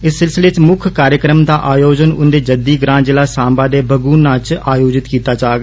इस सिलसिले मुक्ख कार्यक्रम दा आयोजन उन्दे जद्दी ग्रां ज़िला सांबा दे बगुना च आयोजित कीता जाग